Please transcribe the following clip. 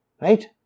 right